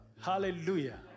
Hallelujah